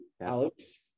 Alex